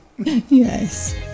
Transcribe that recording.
Yes